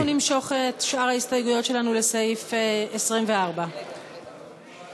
אנחנו נמשוך את שאר ההסתייגויות שלנו לסעיף 24. תודה.